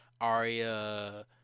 Arya